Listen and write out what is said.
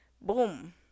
boom